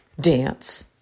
dance